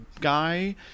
guy